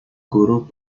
guru